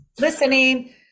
listening